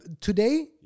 today